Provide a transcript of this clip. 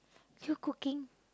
you cooking